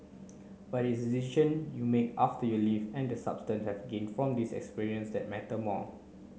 but its decision you make after you leave and the substance have gained from this experience that matter more